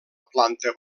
planta